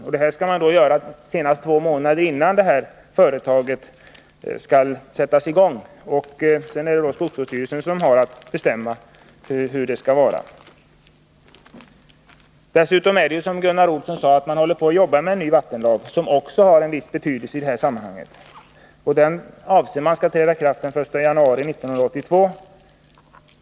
Anmälningen skall då göras två månader innan företaget sätts i gång. Sedan är det då skogsvårdsstyrelsen som har att bestämma hur det skall bli. Dessutom håller man ju, som Gunnar Olsson sade, på att arbeta med en ny vattenlag, som också har en viss betydelse i detta sammanhang. Denna lag avses träda i kraft den 1 januari 1982.